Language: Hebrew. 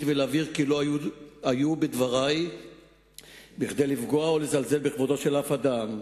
ולהבהיר כי לא היה בדברי כדי לפגוע או לזלזל בכבודו של שום אדם.